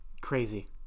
Crazy